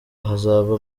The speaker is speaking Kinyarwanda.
hazaba